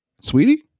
Sweetie